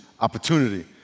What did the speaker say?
opportunity